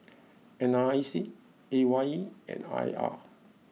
N R I C A Y E and I R